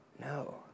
No